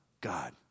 God